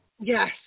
Yes